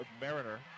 Mariner